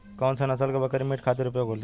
कौन से नसल क बकरी मीट खातिर उपयोग होली?